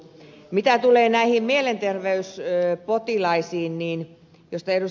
mitä tulee näihin mielenterveyspotilaisiin joista ed